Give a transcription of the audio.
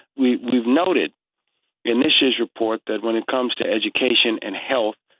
we've we've noted in this year's report that when it comes to education and health,